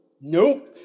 Nope